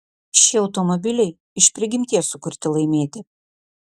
šie automobiliai iš prigimties sukurti laimėti